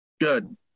Good